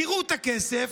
תראו את הכסף,